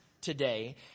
today